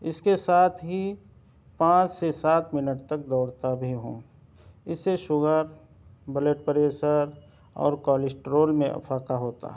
اس کے ساتھ ہی پانچ سے سات منٹ تک دوڑتا بھی ہوں اس سے شوگر بلیڈ پریشر اور کالسٹرول میں افاقہ ہوتا ہے